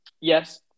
Yes